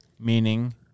meaning